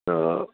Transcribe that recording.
تہٕ